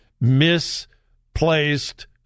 Misplaced